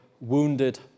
wounded